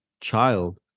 child